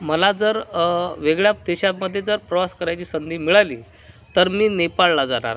मला जर वेगळ्या देशामध्ये जर प्रवास करायची संधी मिळाली तर मी नेपाळला जाणार